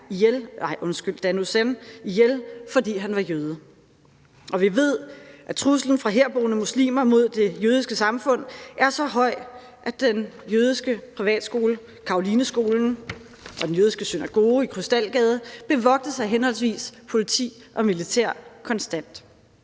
ihjel, fordi han var jøde, og vi ved, at truslen fra herboende muslimer mod det jødiske samfund er så høj, at den jødiske privatskole Carolineskolen og den jødiske synagoge i Krystalgade bevogtes af henholdsvis politi og militær konstant.